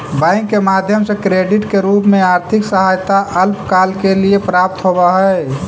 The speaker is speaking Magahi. बैंक के माध्यम से क्रेडिट के रूप में आर्थिक सहायता अल्पकाल के लिए प्राप्त होवऽ हई